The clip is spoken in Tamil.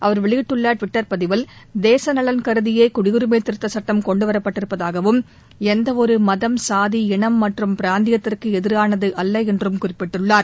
அவர் வெளியிட்டுள்ள டுவிட்டர் பதிவில் தேச நலன் கருதியே குடியுரிமை திருத்த சட்டம் கொண்டு வரப்பட்டிருப்பதாகவும் எந்த ஒரு மதம் சாதி இனம் மற்றும் பிராந்தியத்திற்கு எதிரானது அல்ல என்றும் குறிப்பிட்டுள்ளார்